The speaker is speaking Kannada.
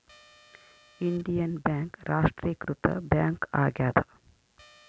ಇಂಡಿಯನ್ ಬ್ಯಾಂಕ್ ರಾಷ್ಟ್ರೀಕೃತ ಬ್ಯಾಂಕ್ ಆಗ್ಯಾದ